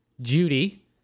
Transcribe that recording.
Judy